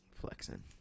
Flexing